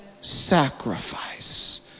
sacrifice